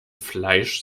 fleisch